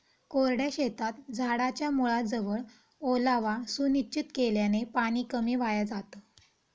कोरड्या शेतात झाडाच्या मुळाजवळ ओलावा सुनिश्चित केल्याने पाणी कमी वाया जातं